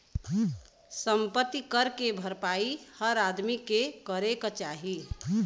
सम्पति कर के भरपाई हर आदमी के करे क चाही